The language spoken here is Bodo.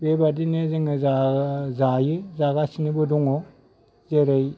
बेबायदिनो जोङो जा जायो जागासिनोबो दङ जेरै